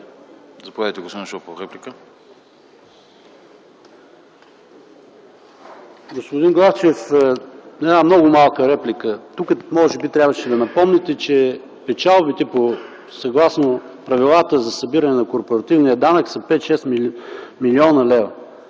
реплика. ПАВЕЛ ШОПОВ (Атака): Господин Главчев, една много малка реплика. Тук може би трябваше да напомните, че печалбите съгласно правилата за събиране на корпоративния данък са 5 6 млн. лв.